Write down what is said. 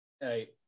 Hey